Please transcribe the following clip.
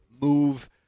move